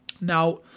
Now